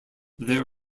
there